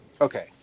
Okay